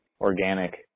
organic